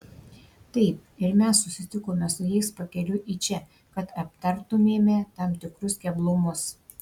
taip ir mes susitikome su jais pakeliui į čia kad aptartumėme tam tikrus keblumus